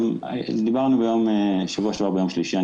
דיברנו בשבוע שעבר ביום שלישי.